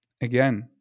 again